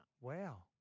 Wow